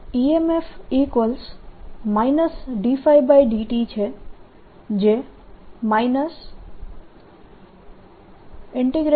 EMF dϕdt તેથી EMF dϕdt છે જે ddtB